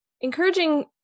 encouraging